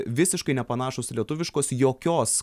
visiškai nepanašūs į lietuviškos jokios